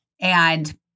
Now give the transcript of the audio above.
And-